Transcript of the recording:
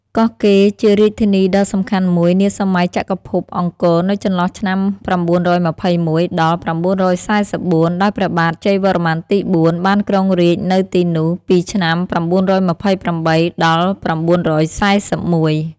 កោះកេរជារាជធានីដ៏សំខាន់មួយ នាសម័យចក្រភពអង្គរនៅចន្លោះឆ្នាំ៩២១-៩៤៤ ដោយព្រះបាទជ័យវរ្ម័នទី៤ បានគ្រងរាជនៅទីនោះពីឆ្នាំ៩២៨-៩៤១ ។